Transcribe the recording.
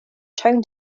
tone